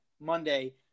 Monday